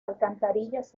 alcantarillas